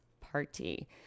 party